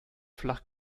flach